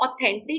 authentic